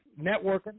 Networking